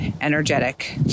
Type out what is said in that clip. energetic